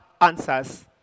answers